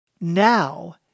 now